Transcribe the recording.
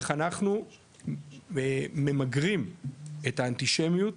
איך אנחנו ממגרים את האנטישמיות,